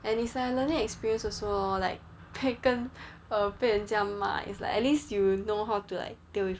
and is like a learning experience also lor like 可以跟 err 被人家骂 is like at least you will know how to deal with